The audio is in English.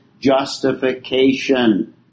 justification